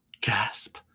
Gasp